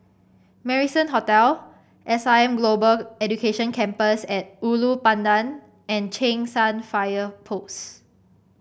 Marrison Hotel S I M Global Education Campus at Ulu Pandan and Cheng San Fire Post